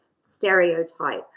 stereotype